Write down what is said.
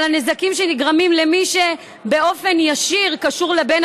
הנזקים שנגרמים למי שבאופן ישיר קשור לבן